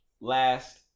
last